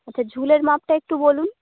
আচ্ছা ঝুলের মাপটা একটু বলুন